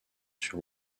sur